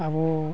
ᱟᱵᱚ